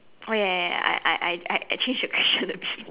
oh ya ya ya I I I I actually should have should have